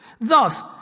Thus